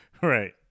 right